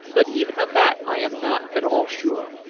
but even of that i am not at all sure.